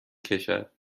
کشد